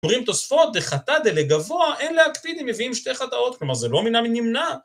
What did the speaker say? קוראים תוספות, דחטא, דלגבוה, אין להקטיד אם מביאים שתי חטאות, כלומר זה לא מן הנמנע.